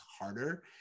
harder